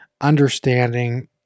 understanding